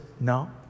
no